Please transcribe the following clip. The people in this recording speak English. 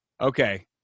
Okay